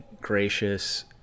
gracious